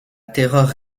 terreur